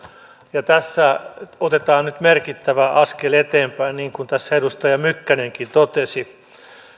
ja tässä otetaan nyt merkittävä askel eteenpäin niin kuin edustaja mykkänenkin totesi